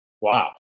Wow